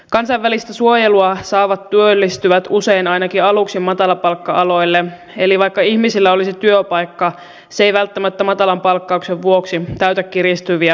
kansainvälistä suojelua saavat työllistyvät usein ainakin aluksi matalapalkka aloille eli vaikka ihmisillä olisi työpaikka se ei välttämättä matalan palkkauksen vuoksi täytä kiristyviä toimeentulovaatimuksia